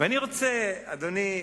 ואני רוצה, אדוני,